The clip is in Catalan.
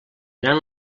anant